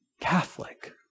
Catholic